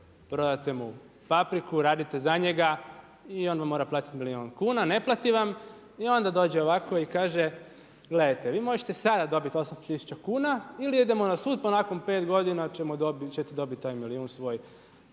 prodate mu papriku, radite za njega i on vam mora platiti milijun kuna. Ne plati vam i onda dođe ovako i kaže gledajte vi možete sada dobiti 800 000 kuna ili idemo na sud pa nakon 5 godina ćete dobiti taj milijun svoj.